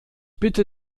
bitte